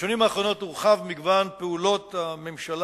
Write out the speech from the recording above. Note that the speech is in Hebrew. בשנים האחרונות הורחב מגוון פעולות הממשלה